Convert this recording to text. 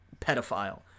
pedophile